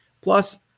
Plus